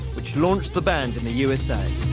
which launched the band in the u so